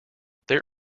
there